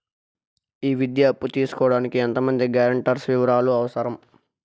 ఈ విద్యా అప్పు తీసుకోడానికి ఎంత మంది గ్యారంటర్స్ వివరాలు అవసరం?